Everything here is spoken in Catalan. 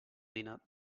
dinar